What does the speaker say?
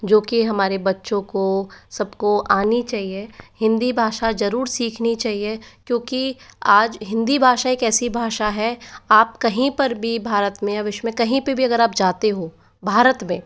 जो की हमारे बच्चों को सबको आनी चाहिए हिंदी भाषा ज़रूर सीखनी चाहिए क्योंकि आज हिंदी भाषा एक ऐसी भाषा है आप कहीं पर भी भारत में विश्व में कहीं पर भी अगर आप जाते हो भारत में